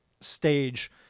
stage